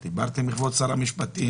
גם דיברתי עם כבוד שר המשפטים